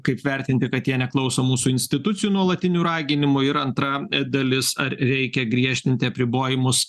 kaip vertinti kad jie neklauso mūsų institucijų nuolatinių raginimų ir antra dalis ar reikia griežtinti apribojimus